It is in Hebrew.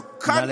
נא לסיים.